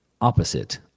opposite